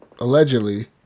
allegedly